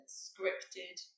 scripted